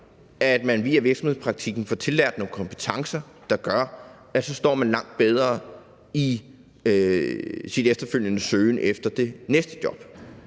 at man via virksomhedspraktikken får tilegnet sig nogle kompetencer, der gør, at man står langt bedre i sin efterfølgende søgen efter det næste job.